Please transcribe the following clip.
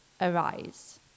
arise